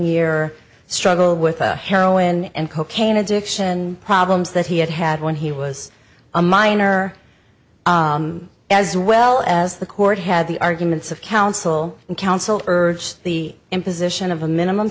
year struggle with the heroin and cocaine addiction problems that he had had when he was a minor as well as the court had the arguments of counsel and counsel urged the imposition of a minimum